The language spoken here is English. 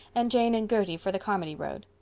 and jane and gertie for the carmody road.